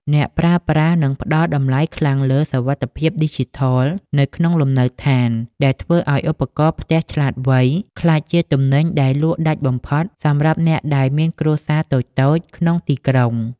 អ្នកប្រើប្រាស់នឹងផ្ដល់តម្លៃខ្លាំងលើ "សុវត្ថិភាពឌីជីថល" នៅក្នុងលំនៅឋាន ដែលធ្វើឱ្យឧបករណ៍ផ្ទះឆ្លាតវៃ ក្លាយជាទំនិញដែលលក់ដាច់បំផុតសម្រាប់អ្នកដែលមានគ្រួសារតូចៗក្នុងទីក្រុង។